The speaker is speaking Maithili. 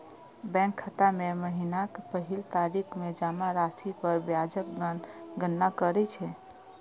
बैंक खाता मे महीनाक पहिल तारीख कें जमा राशि पर ब्याजक गणना करै छै